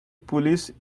police